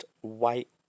white